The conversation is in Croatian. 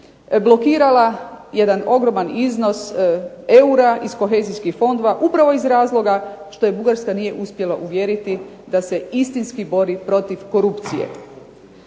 blokirala jedan ogroman iznos eura iz kohezijskih fondova upravo iz razloga što je Bugarska nije uspjela uvjeriti da se istinski bori protiv korupcije.